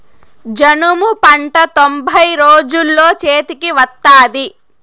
జనుము పంట తొంభై రోజుల్లో చేతికి వత్తాది